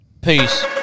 Peace